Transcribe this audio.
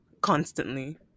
constantly